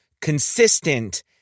consistent